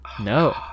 No